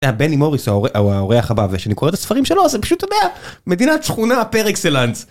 אתה יודע, בני מוריס, הוא האורח הבא, ושאני קורא את הספרים שלו, זה פשוט, אתה יודע... מדינת שכונה פר אקסלנס.